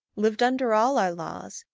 lived under all our laws,